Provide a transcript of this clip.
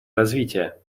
развития